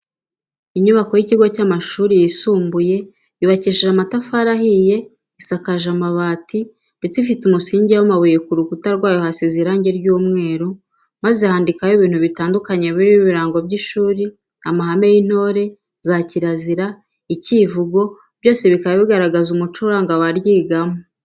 Inyubako y'ikigo cy'amashuri yisumbuye yubakishije amatafari ahiye, isakaje amabati, ndetse ifite umusingi w'amabuye, ku rukutwa rwayo kasizwe irangi ry'umweru maze handikwaho ibintu bitandukanye birimo ibirango by'ishuri, amahame y'intore, za kirazira, icyivugo byose bikaba bigaragaza umuco uranga abaryigamo.